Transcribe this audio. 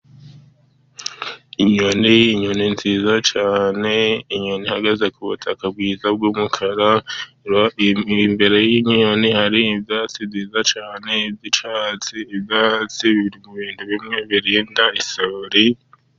Inyoni, inyoni nziza cyane. Inyoni ihagaze ku butaka bwiza bw'umukara. Imbere y'inyoni hari ibyatsi byiza cyane by'icyatsi. Ibyatsi biri mu bintu bimwe birinda isuri.